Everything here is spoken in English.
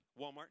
Walmart